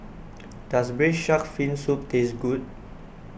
does Braised Shark Fin Soup taste good